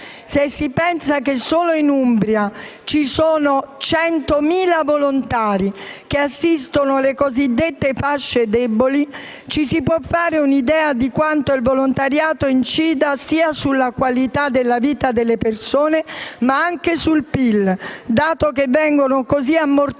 Se si pensa che, solo in Umbria, ci sono oltre 100.000 volontari che assistono le cosiddette fasce deboli, ci si può fare un'idea di quanto il volontariato incida sia sulla qualità della vita delle persone, sia sul PIL, dato che vengono così ammortizzati